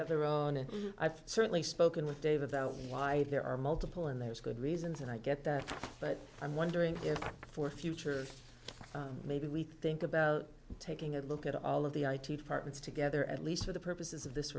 have their own and i've certainly spoken with david why there are multiple and there's good reasons and i get that but i'm wondering if for future maybe we think about taking a look at all of the i t departments together at least for the purposes of this